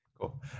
Cool